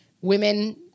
women